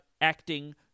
acting